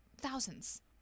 thousands